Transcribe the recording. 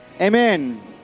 Amen